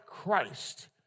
Christ